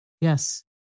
Yes